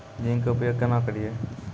Zinc के उपयोग केना करये?